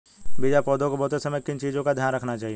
बीज या पौधे को बोते समय किन चीज़ों का ध्यान रखना चाहिए?